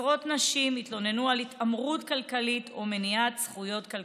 עשרות נשים התלוננו על התעמרות כלכלית ומניעת זכויות כלכליות.